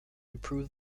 improve